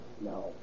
No